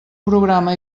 programa